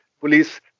police